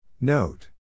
Note